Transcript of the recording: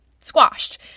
squashed